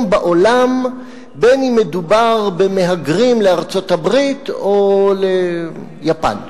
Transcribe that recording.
בעולם גם אם מדובר במהגרים לארצות-הברית או ליפן.